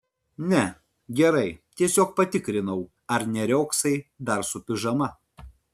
ne gerai tiesiog patikrinau ar neriogsai dar su pižama